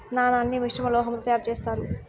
నాణాన్ని మిశ్రమ లోహం తో తయారు చేత్తారు